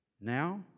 Now